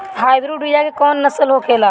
Hybrid बीया के कौन कौन नस्ल होखेला?